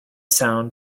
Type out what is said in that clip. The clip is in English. sound